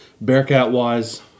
Bearcat-wise